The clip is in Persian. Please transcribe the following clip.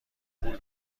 پول